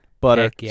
butter